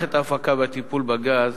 מערכת ההפקה והטיפול בגז